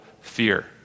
fear